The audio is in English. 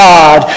God